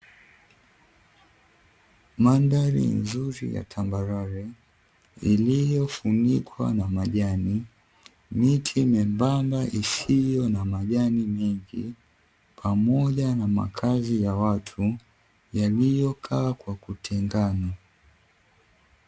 Mandhari nzuri ya tambarare iliyofunikwa na majani, miti myembamba isiyo na majani mengi, pamoja na makazi ya watu yaliyokaa kwa kutengana.